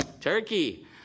Turkey